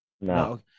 No